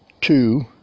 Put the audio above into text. two